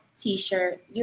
T-shirt